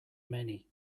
many